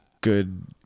good